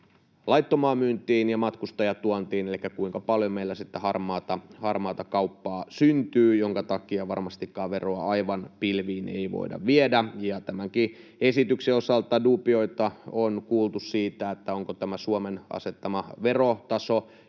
laittomaan myyntiin ja matkustajatuontiin elikkä siihen, kuinka paljon meillä harmaata kauppaa syntyy, jonka takia varmastikaan veroa aivan pilviin ei voida viedä. Tämänkin esityksen osalta duubioita on kuultu tästä Suomen asettamasta